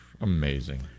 Amazing